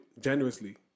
generously